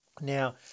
Now